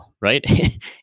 right